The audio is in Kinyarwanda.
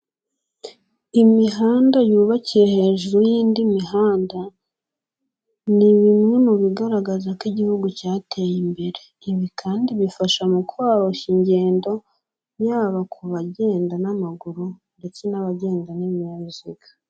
Imihanda yubakiye hejuru y'indi mihanda ni bimwe mu bigaragaza ko igihugu cyateye imbere, ibi kandi bifasha mu koroshya ingendo yaba ku bagenda n'amaguru ndetse n'abagenda n'ibinyabiziga.